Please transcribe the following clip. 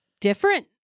Different